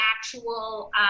actual